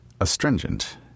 astringent